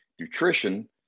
nutrition